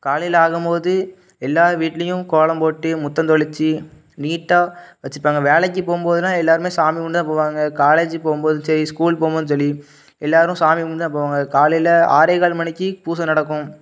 காலையில் ஆகும் போது எல்லார் வீட்லேயும் கோலம் போட்டு முற்றம் தொழிச்சி நீட்டாக வச்சிருப்பாங்க வேலைக்குப் போகும் போதுலாம் எல்லோருமே சாமி கும்பிட்டு தான் போவாங்க காலேஜ்ஜி போகும் போது சரி ஸ்கூல் போகும் போது சரி எல்லோரும் சாமி கும்பிட்டு தான் போவாங்க காலையில் ஆறே கால் மணிக்கு பூஜை நடக்கும்